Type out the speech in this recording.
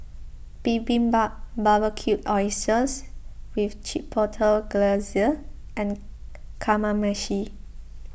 Bibimbap Barbecued Oysters with Chipotle Glazer and Kamameshi